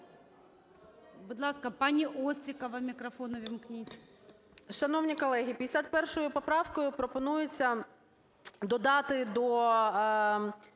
Будь ласка, пані Острікова, мікрофон увімкніть.